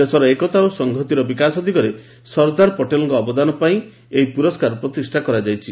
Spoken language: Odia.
ଦେଶର ଏକତା ଓ ସଂହତିର ବିକାଶ ଦିଗରେ ସର୍ଦ୍ଦାର ପଟେଲ୍ଙ୍କ ଅବଦାନ ପାଇଁ ଏହି ପ୍ରରସ୍କାରର ପ୍ରତିଷା କରାଯାଇଛି